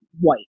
white